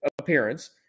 appearance